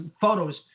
photos